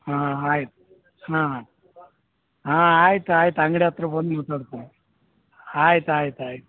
ಹಾಂ ಆಯ್ತು ಹಾಂ ಹಾಂ ಆಯ್ತು ಆಯ್ತು ಅಂಗಡಿ ಹತ್ರ ಬಂದು ಮಾತಾಡ್ತಿನಿ ಆಯ್ತು ಆಯ್ತು ಆಯ್ತು